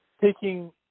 taking